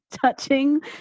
touching